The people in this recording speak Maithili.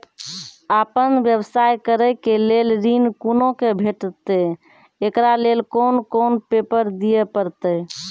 आपन व्यवसाय करै के लेल ऋण कुना के भेंटते एकरा लेल कौन कौन पेपर दिए परतै?